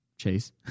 Chase